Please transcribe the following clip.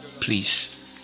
please